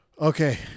Okay